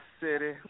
city